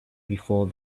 before